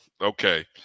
okay